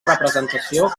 representació